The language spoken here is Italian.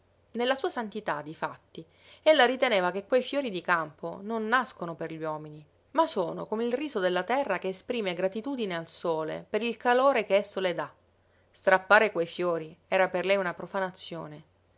nella sua santità difatti ella riteneva che quei fiori di campo non nascono per gli uomini ma sono come il riso della terra che esprime gratitudine al sole per il calore che esso le dà strappare quei fiori era per lei una profanazione